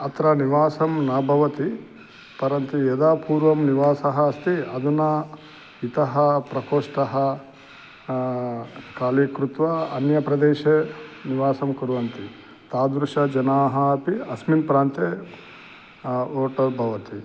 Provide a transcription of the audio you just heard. अत्र निवासं न भवति परन्तु यदा पूर्वं निवासः अस्ति अधुना इतः प्रकोष्ठं कालि कृत्वा अन्यप्रदेशे निवासं कुर्वन्ति तादृशजनाः अपि अस्मिन् प्रान्ते ओटर् भवन्ति